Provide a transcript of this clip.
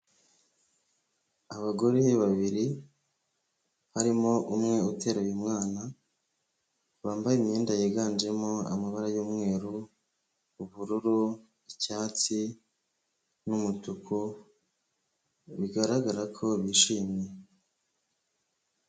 Abagore babiri, harimo umwe uteruye umwana, wambaye imyenda yiganjemo amabara y'umweru, ubururu, icyatsi n'umutuku bigaragara ko bishimye.